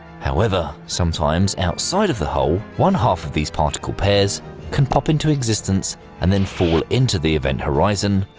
however, sometimes, outside of the hole, one half of these particle pairs can pop into existence and then fall into the event horizon,